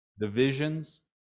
divisions